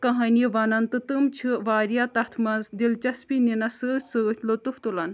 کہانِیہِ وَنان تہٕ تِم چھِ واریاہ تَتھ منٛز دِلچَسپی نِنَس سۭتۍ سۭتۍ لُطُف تُلان